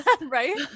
right